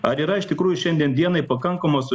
ar yra iš tikrųjų šiandien dienai pakankamos